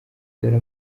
dore